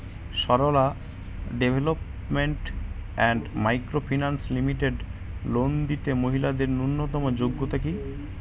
Sarala development and micro finance limited loan নিতে মহিলাদের ন্যূনতম যোগ্যতা কী?